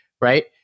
right